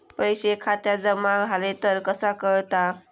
पैसे खात्यात जमा झाले तर कसा कळता?